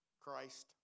Christ